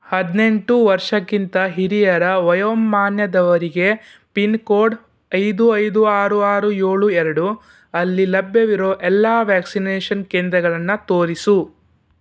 ಹದಿನೆಂಟು ವರ್ಷಕ್ಕಿಂತ ಹಿರಿಯರ ವಯೋಮಾನದವರಿಗೆ ಪಿನ್ಕೋಡ್ ಐದು ಐದು ಆರು ಆರು ಏಳು ಎರಡು ಅಲ್ಲಿ ಲಭ್ಯವಿರೊ ಎಲ್ಲ ವ್ಯಾಕ್ಸಿನೇಷನ್ ಕೇಂದ್ರಗಳನ್ನು ತೋರಿಸು